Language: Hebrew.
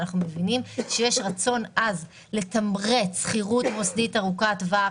ואנחנו מבינים שיש רצון עז לתמרץ שכירות מוסדית ארוכת טווח,